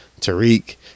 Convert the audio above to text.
Tariq